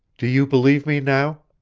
do you believe me now?